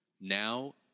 now